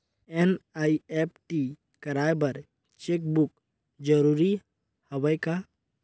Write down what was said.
NEFT कराय बर cheque book जरूरी हवय का?